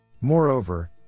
Moreover